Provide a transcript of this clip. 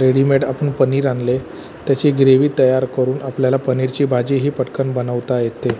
readymade आपण पनीर आणले त्याची ग्रेव्ही तयार करून आपल्याला पनीरची भाजीही पटकन बनवता येते